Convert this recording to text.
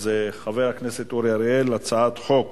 חבר הכנסת אורי אריאל, הצעת חוק